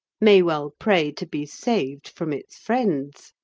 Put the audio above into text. may well pray to be saved from its friends.